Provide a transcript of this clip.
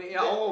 that